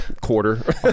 quarter